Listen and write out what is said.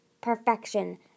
perfection